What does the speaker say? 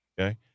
okay